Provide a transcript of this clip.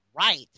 right